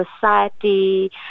society